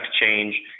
change